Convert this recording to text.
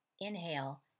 inhale